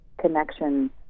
connection